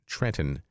Trenton